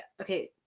Okay